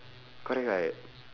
correct right